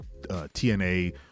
TNA